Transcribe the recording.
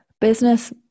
Business